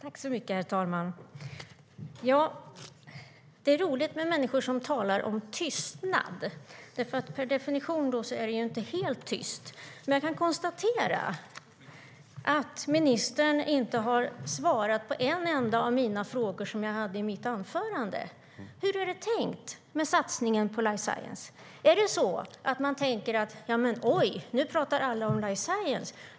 Herr talman! Det är roligt med människor som talar om tystnad. Per definition är det då inte helt tyst. Jag kan konstatera att ministern inte har svarat på en enda av de frågor som jag ställde i mitt anförande. Hur är det tänkt med satsningen på life science? Jag undrar om man tänker så här: Oj, nu pratar alla om life science.